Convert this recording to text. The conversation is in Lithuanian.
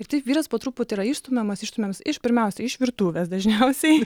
ir taip vyras po truputį yra išstumiamas išstumiamas iš pirmiausia iš virtuvės dažniausiai